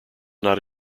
not